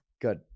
Good